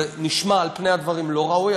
זה נשמע על פני הדברים לא ראוי,